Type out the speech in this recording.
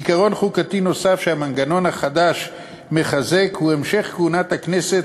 עיקרון חוקתי נוסף שהמנגנון החדש מחזק הוא המשך כהונת הכנסת.